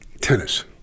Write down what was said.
tennis